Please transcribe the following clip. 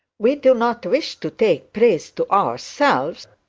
we do not wish to take praise to ourselves